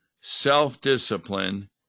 self-discipline